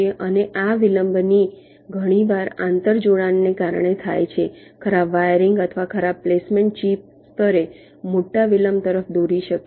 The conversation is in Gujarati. અને આ વિલંબ ઘણીવાર આંતર જોડાણોને કારણે થાય છે ખરાબ વાયરિંગ અથવા ખરાબ પ્લેસમેન્ટ ચિપ સ્તરે મોટા વિલંબ તરફ દોરી શકે છે